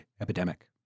epidemic